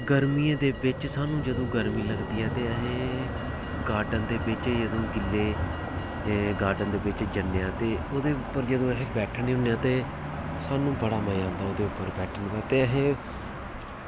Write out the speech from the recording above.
गरमियें दे बिच्च सानूं जदूं गरमी लगदी ऐ ते अस गार्डन दे बिच्च जदूं गिल्ले गार्डन दे बिच्च जन्ने आं ते ओह्दे उप्पर जदूं अस बैठने होन्ने आं ते सानूं बड़ा मजा औंदा ओह्दे उप्पर बैठने दा ते अस